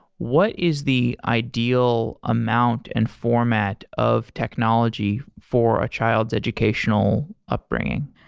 what is the ideal amount and format of technology for a child's educational upbringing?